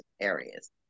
areas